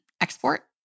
export